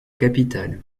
capitale